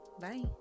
Bye